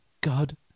God